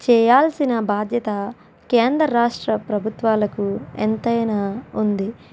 చేయాల్సిన బాధ్యత కేంద్ర రాష్ట్ర ప్రభుత్వాలకు ఎంతైనా ఉంది